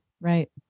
Right